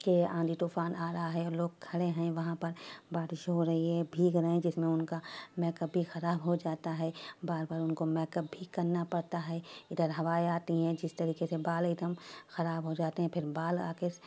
کہ آندھی طوفان آ رہا ہے اور لوگ کھڑے ہیں وہاں پر بارش ہو رہی ہے بھیگ رہے ہیں جس میں ان کا میک اپ بھی خراب ہو جاتا ہے بار بار ان کو میک اپ بھی کرنا پڑتا ہے ادھر ہوائیں آتی ہیں جس طریقے سے بال ایک دم خراب ہو جاتے ہیں پھر بال آ کے